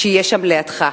שיהיה שם לידך.